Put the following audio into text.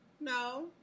No